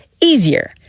easier